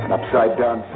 upside-down